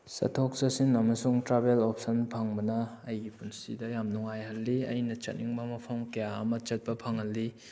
ꯆꯠꯊꯣꯛ ꯆꯠꯁꯤꯟ ꯑꯃꯁꯨꯡ ꯇ꯭ꯔꯥꯕꯦꯜ ꯑꯣꯞꯁꯟ ꯐꯪꯕꯅ ꯑꯩꯒꯤ ꯄꯨꯟꯁꯤꯗ ꯌꯥꯝ ꯅꯨꯡꯉꯥꯏꯍꯜꯂꯤ ꯑꯩꯅ ꯆꯠꯅꯤꯡꯕ ꯃꯐꯝ ꯀꯌꯥ ꯑꯃ ꯆꯠꯄ ꯐꯪꯍꯜꯂꯤ